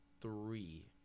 three